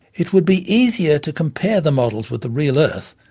it would be easier to compare the models with the real earth,